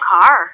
car